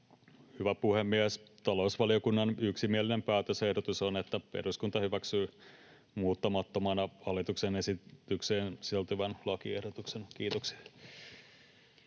Hyvä puhemies! Talousvaliokunnan yksimielinen päätösehdotus on, että eduskunta hyväksyy muuttamattomana hallituksen esitykseen sisältyvän lakiehdotuksen. — Kiitoksia.